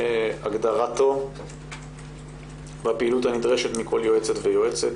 הגדרתו והפעילות הנדרשת מכל יועצת ויועצת.